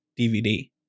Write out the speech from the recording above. DVD